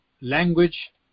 language